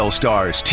stars